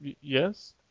Yes